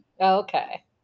Okay